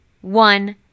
one